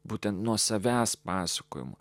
būtent nuo savęs pasakojimų